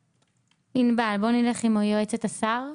ענבל, נלך עם יועצת השר.